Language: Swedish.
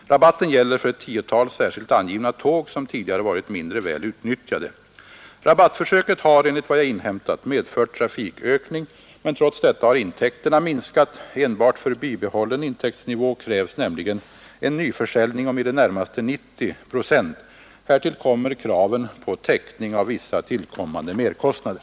Rabatten gäller för ett tiotal särskilt angivna tåg som tidigare varit mindre väl utnyttjade. Rabattförsöket har enligt vad jag inhämtat medfört trafikökning, men trots detta har intäkterna minskat. Enbart för bibehållen intäktsnivå krävs nämligen en nyförsäljning om i det närmaste 90 procent. Härtill kommer kraven på täckning av vissa tillkommande merkostnader.